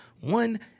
One